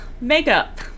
makeup